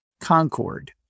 Concord